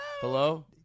Hello